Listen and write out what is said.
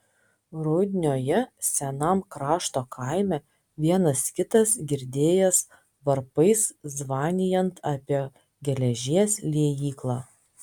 rudnioje senam krašto kaime vienas kitas girdėjęs varpais zvanijant apie geležies liejyklą